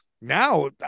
Now